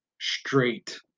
straight